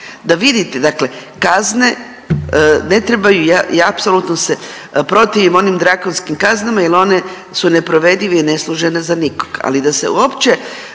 da vidite, dakle kazne ne trebaju i apsolutno se protivim onim drakonskim kaznama jer one su neprovedive i ne služe za nikog. Ali da se uopće